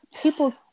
People